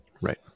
Right